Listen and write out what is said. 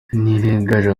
ntirenganya